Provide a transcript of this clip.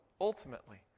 ultimately